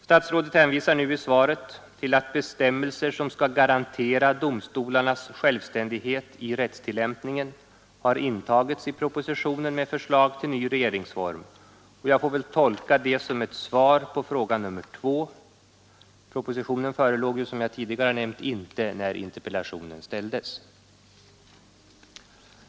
Statsrådet hänvisar i svaret till att bestämmelser som skall garantera domstolarnas självständighet i rättstillämpningen har intagits i propositionen med förslag till ny regeringsform, och jag får väl tolka det som ett svar på fråga nr 2 — propositionen förelåg ju, som jag tidigare nämnt, inte när interpellationen ställdes.